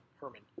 Herman